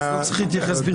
לא צריך להתייחס ברצינות.